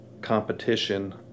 Competition